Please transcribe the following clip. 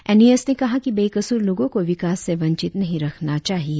N E S ने कहा कि बेकसुर लोगों को विकास से वंचित नहीं रखना चाहिए